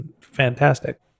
fantastic